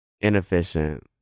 inefficient